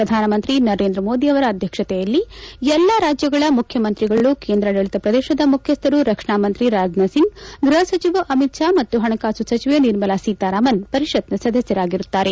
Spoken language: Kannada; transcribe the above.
ಪ್ರಧಾನಮಂತ್ರಿ ನರೇಂದ್ರ ಮೋದಿ ಅವರ ಅಧ್ವಕ್ಷತೆಯಲ್ಲಿ ಎಲ್ಲಾ ರಾಜ್ಯಗಳ ಮುಖ್ಯಮಂತ್ರಿಗಳು ಕೇಂದ್ರಾಡಳಿತ ಪ್ರದೇಶದ ಮುಖ್ಯಸ್ಥರು ರಕ್ಷಣಾ ಮಂತ್ರಿ ರಾಜ್ನಾಥ್ ಸಿಂಗ್ ಗೃಪ ಸಚಿವ ಅಮಿತ್ ಶಾ ಮತ್ತು ಪಣಕಾಸು ಸಚಿವೆ ನಿರ್ಮಲಾ ಸೀತಾರಾಮನ್ ಪರಿಷತ್ನ ಸದಸ್ಯರಾಗಿರುತ್ತಾರೆ